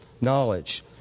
knowledge